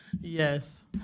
Yes